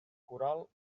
coral